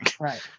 Right